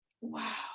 Wow